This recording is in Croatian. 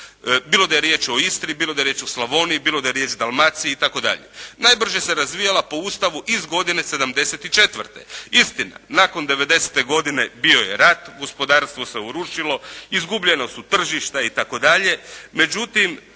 Bilo da je riječ o Istri, bilo da je riječ o Slavoniji, bilo da je riječ o Dalmaciji i tako dalje. Najbrže se razvijala po Ustavu iz godine 1974. Istina, nakon 1990. godine bio je rat, gospodarstvo se urušilo, izgubljena su tržišta i tako dalje